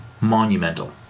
monumental